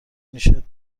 نیشت